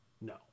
No